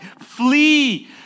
Flee